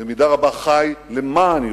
ובמידה רבה חי למען ירושלים.